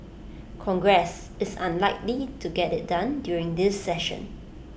congress is unlikely to get IT done during this session